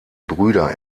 brüder